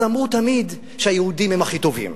אז אמרו תמיד שהיהודים הם הכי טובים,